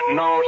no